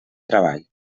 treball